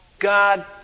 God